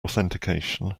authentication